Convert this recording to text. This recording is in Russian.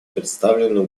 представленную